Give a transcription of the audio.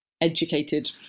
educated